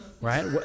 right